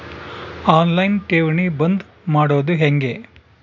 On line ಠೇವಣಿ ಬಂದ್ ಮಾಡೋದು ಹೆಂಗೆ?